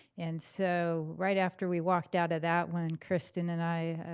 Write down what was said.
and so right after we walked out of that one, kristen and i,